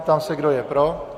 Ptám se, kdo je pro.